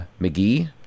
McGee